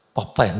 Papa